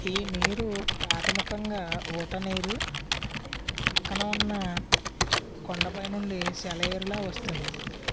ఈ నీరు ప్రాధమికంగా ఊటనీరు పక్కన ఉన్న కొండపైనుండి సెలయేరులా వస్తుంది